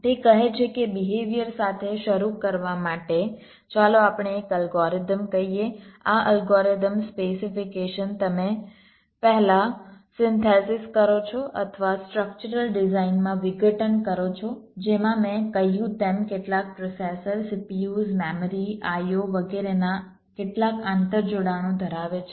તે કહે છે કે બિહેવિયર સાથે શરૂ કરવા માટે ચાલો આપણે એક અલ્ગોરિધમ કહીએ આ અલ્ગોરિધમ સ્પેસિફીકેશન તમે પહેલા સિન્થેસિસ કરો છો અથવા સ્ટ્રક્ચરલ ડિઝાઇનમાં વિઘટન કરો છો જેમાં મેં કહ્યું તેમ કેટલાક પ્રોસેસર CPUs મેમરી IO વગેરે ના કેટલાક આંતર જોડાણો ધરાવે છે